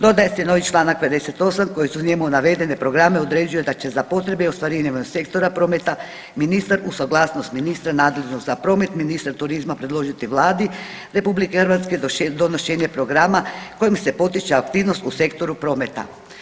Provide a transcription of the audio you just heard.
Dodaje se novi članak 58. koji su u njemu navedene programe određuje da će za potrebe i ostvarivanje Sektora prometa ministar uz suglasnost ministra nadležnog za promet, ministar turizam predložiti Vladi RH donošenje programa kojim se potiče aktivnost u Sektoru prometa.